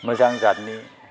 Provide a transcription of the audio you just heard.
मोजां जातनि